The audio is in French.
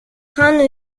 train